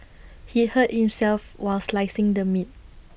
he hurt himself while slicing the meat